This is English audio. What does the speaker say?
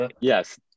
yes